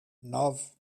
nove